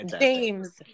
James